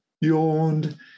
yawned